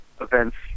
events